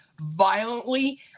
violently